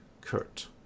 Kurt